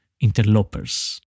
interlopers